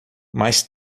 mais